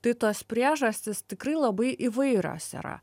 tai tos priežastys tikrai labai įvairios yra